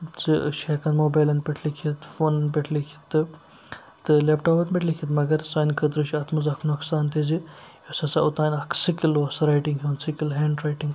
زِ أسۍ چھِ ہیٚکان موبایلَن پٮ۪ٹھ لیٖکھِتھ فونَن پٮ۪ٹھ لیٚکھِتھ تہٕ تہٕ لیپٹاپَن پٮ۪ٹھ لیٖکھِتھ مگر سانہِ خٲطرٕ چھِ اَتھ منٛز اَکھ نۄقصان تہِ زِ یُس ہَسا اوٚتانۍ اَکھ سِکِل اوٗس رایٹِنٛگ ہُنٛد سِکِل ہینٛڈ رایٹِنٛگ